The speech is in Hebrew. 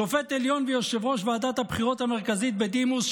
שופט עליון ויושב-ראש ועדת הבחירות המרכזית בדימוס,